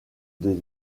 des